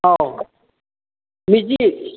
ꯑꯧ ꯃꯦꯖꯤꯛ